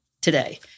today